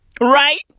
Right